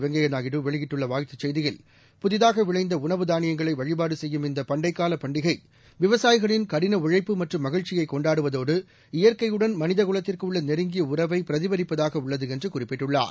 வெங்கய்யா நாயுடு வெளியிட்டுள்ள வாழ்த்துச் செய்தியில்ஹ புதிதாக விளைந்த உணவு தானியங்களை வழிபாடு செய்யும் இந்த பண்டைக்கால பண்டிகை விவசாயிகளின் கடின உழைப்பு மற்றும் மகிழ்ச்சியைக் கொண்டாடுவதோடுஇ இயற்கையுடன் மனிதகுலத்திற்கு உள்ள நெருங்கிய உறவை பிரதிபலிப்பதாக உள்ளது என்று குறிப்பிட்டுள்ளார்